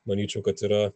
manyčiau kad yra